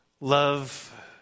love